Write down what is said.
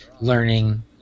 learning